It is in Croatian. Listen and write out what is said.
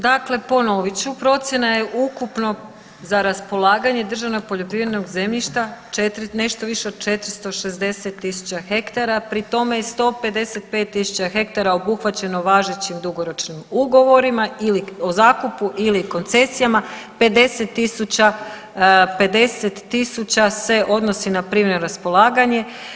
Dakle, ponovit ću, procjena je ukupno za raspolaganje državnog poljoprivrednog zemljišta nešto više od 460.000 hektara, pri tome je 155.000 hektara obuhvaćeno važećim dugoročnim ugovorima ili o zakupu ili o koncesijama, 50.000 se odnosi na privremeno raspolaganje.